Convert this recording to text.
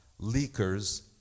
leakers